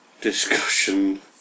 Discussion